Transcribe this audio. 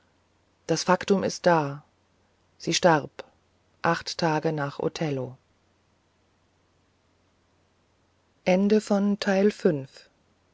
das faktum ist da sie starb acht tage nach othello